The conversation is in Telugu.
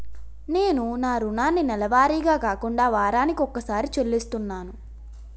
నేను నా రుణాన్ని నెలవారీగా కాకుండా వారాని కొక్కసారి చెల్లిస్తున్నాను